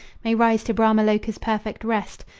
may rise to brahma loca's perfect rest,